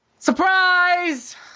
Surprise